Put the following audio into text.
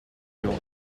york